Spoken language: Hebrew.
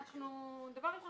דבר ראשון,